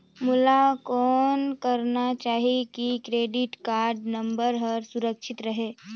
मोला कौन करना चाही की क्रेडिट कारड नम्बर हर सुरक्षित रहे?